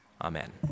Amen